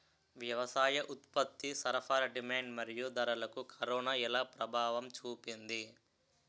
వ్యవసాయ ఉత్పత్తి సరఫరా డిమాండ్ మరియు ధరలకు కరోనా ఎలా ప్రభావం చూపింది